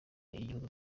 igihugu